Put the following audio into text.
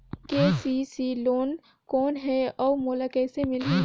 KCC loan कौन हे अउ मोला कइसे मिलही?